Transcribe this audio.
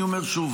אני אומר שוב,